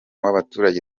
w’abaturage